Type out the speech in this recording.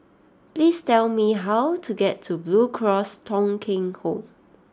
please tell me how to get to Blue Cross Thong Kheng Home